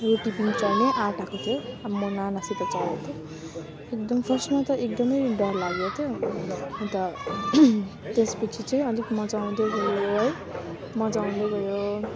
रोटिपिङ चढ्ने आँट आएको थियो अब म नानासित चढेको थिएँ एकदम फर्स्टमा त एकदमै डर लागेको थियो अन्त त्यसपछि चाहिँ अलिक मजा आउँदै गयो है मजा आउँदै गयो